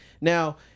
Now